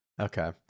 okay